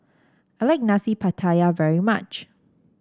I like Nasi Pattaya very much